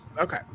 okay